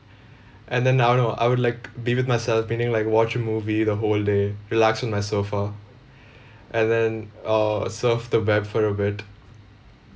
and then I don't know I would like be with myself meaning like watch a movie the whole day relax on my sofa and then err surf the web for a bit